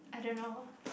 I don't know